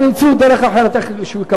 הם ימצאו דרך אחרת איכשהו.